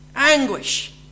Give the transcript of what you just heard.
Anguish